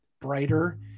brighter